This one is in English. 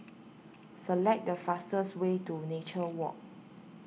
select the fastest way to Nature Walk